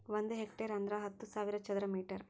ಒಂದ್ ಹೆಕ್ಟೇರ್ ಅಂದರ ಹತ್ತು ಸಾವಿರ ಚದರ ಮೀಟರ್